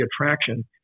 attraction